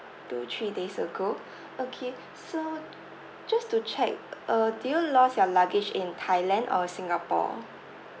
two three days ago okay so just to check uh did you lost your luggage in thailand or singapore